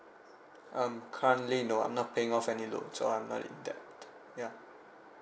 um currently no I'm not paying off any loan so I'm not in debt yeah